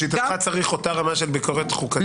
לשיטתך, צריך אותה רמה של ביקורת חוקתית?